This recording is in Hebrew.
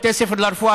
בתי הספר לרפואה,